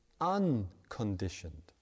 unconditioned